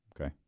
Okay